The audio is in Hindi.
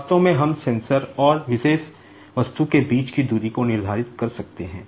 वास्तव में हम सेंसर और इस विशेष वस्तु के बीच की दूरी को निर्धारित कर सकते हैं